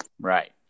Right